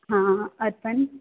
ਹਾਂ ਅਰਪਣ